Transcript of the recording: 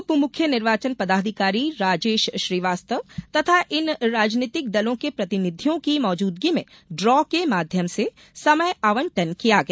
उप मुख्य निर्वाचन पदाधिकारी राजेश श्रीवास्तव तथा इन राजनीतिक दलों के प्रतिनिधियों की मौजूदगी में ड्रा के माध्यम से समय आवंटन किया गया